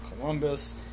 columbus